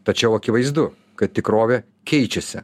tačiau akivaizdu kad tikrovė keičiasi